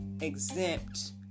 exempt